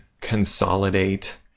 consolidate